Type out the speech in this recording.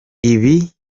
ibi